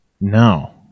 No